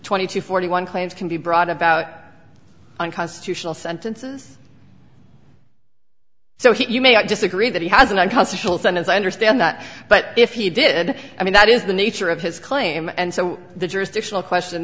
twenty to forty one claims can be brought about unconstitutional sentences so he may i disagree that he has an icon social fund as i understand that but if he did i mean that is the nature of his claim and so the jurisdictional question